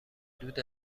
دود